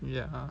ya